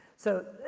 so,